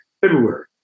February